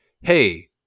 hey